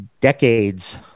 Decades